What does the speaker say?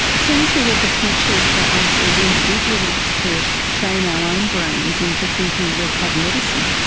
so is there a potential for us as individuals to train our own brains into thinking we've had medicine?